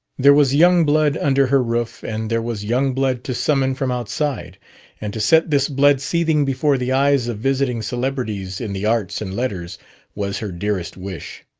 there was young blood under her roof, and there was young blood to summon from outside and to set this blood seething before the eyes of visiting celebrities in the arts and letters was her dearest wish.